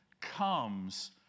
comes